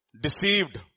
Deceived